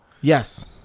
Yes